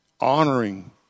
honoring